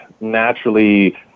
naturally